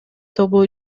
тобу